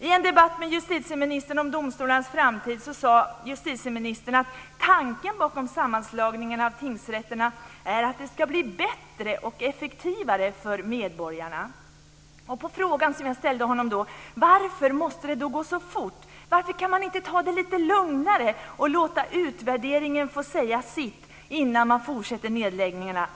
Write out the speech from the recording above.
I en debatt med justitieministern om domstolarnas framtid sade justitieministern att tanken bakom sammanslagningarna av tingsrätterna är att det ska bli bättre och effektivare för medborgarna. Jag ställde då frågan till honom varför det måste gå så fort och varför man inte kan ta det lite lugnare och låta utvärderingen få säga sitt innan man fortsätter nedläggningarna.